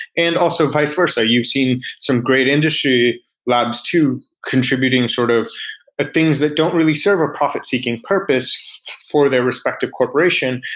and also vice versa you've seen some great industry labs too contributing sort of things that don't really serve a profit seeking purpose for their respective corporation,